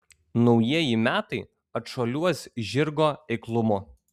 naujieji metai atšuoliuos žirgo eiklumu